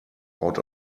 out